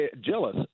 jealous